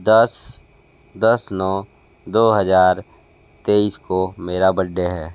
दस दस नौ दो हज़ार तेईस को मेरा बर्डे है